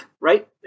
right